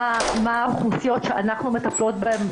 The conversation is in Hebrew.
מה האוכלוסיות שאנחנו מטפלות בהן,